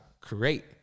create